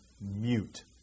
mute